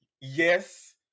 yes